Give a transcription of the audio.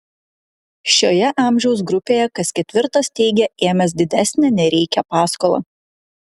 šioje amžiaus grupėje kas ketvirtas teigia ėmęs didesnę nei reikia paskolą